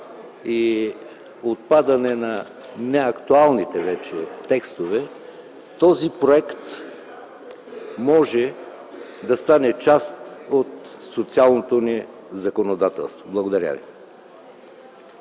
и отпадане на неактуалните вече текстове, този проект може да стане част от социалното ни законодателство. Благодаря ви.